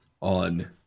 on